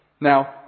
Now